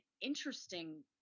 interesting